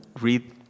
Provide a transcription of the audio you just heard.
read